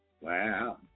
Wow